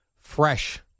fresh